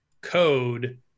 code